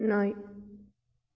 நாய்